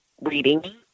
reading